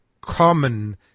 common